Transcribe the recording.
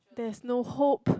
there is no hope